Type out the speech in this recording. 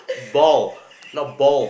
ball not ball